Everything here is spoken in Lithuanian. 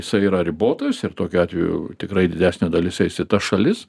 jisai yra ribotas ir tokiu atveju tikrai didesnė dalis eis į tas šalis